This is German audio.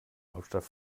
hauptstadt